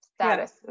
status